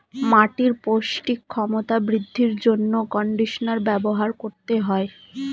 মাটির পৌষ্টিক ক্ষমতা বৃদ্ধির জন্য কন্ডিশনার ব্যবহার করতে হয়